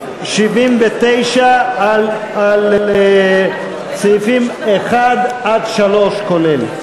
79, על סעיפים 1 3, כולל.